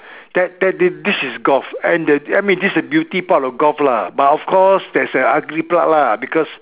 that that this is golf and the I mean this is the beauty part of golf lah but of course there's ugly part lah because